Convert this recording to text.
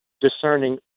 discerning